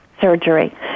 surgery